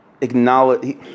acknowledge